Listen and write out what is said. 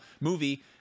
movie